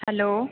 hello